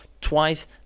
twice